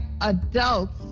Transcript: adults